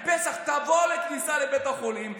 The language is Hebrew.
תבוא לכניסה לבית החולים,